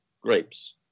grapes